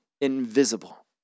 invisible